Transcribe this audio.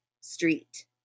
Street